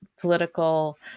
political